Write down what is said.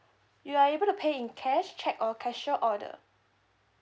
you are able to pay in cash cheque or cashier order